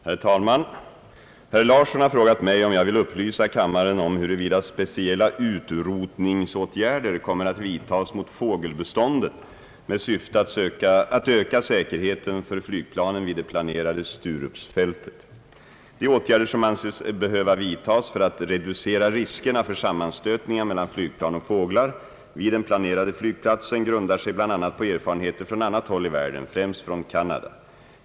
Herr talman! Herr Thorsten Larsson har frågat mig om jag vill upplysa kammaren om huruvida speciella utrotningsåtgärder kommer att vidtagas mot fågelbeståndet med syfte att öka säkerheten för flygplanen vid det planerade Sturupsflygfältet. De åtgärder som anses behöva vidtas för att reducera riskerna för sammanstötningar mellan flygplan och fåglar vid den planerade flygplatsen grundar sig bl.a. på erfarenheter från annat håll i världen, främst från Kanada.